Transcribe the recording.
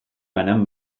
banan